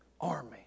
army